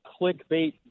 clickbait